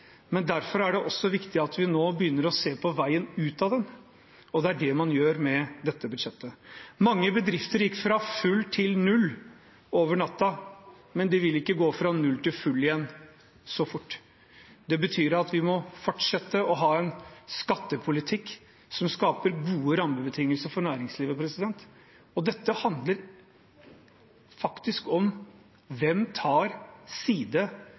Derfor er det også viktig at vi nå begynner å se på veien ut av den. Det er det man gjør med dette budsjettet. Mange bedrifter gikk fra full til null over natten, men de vil ikke gå fra null til full igjen så fort. Det betyr at vi må fortsette å ha en skattepolitikk som skaper gode rammebetingelser for næringslivet. Dette handler faktisk om hvem som tar side